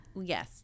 yes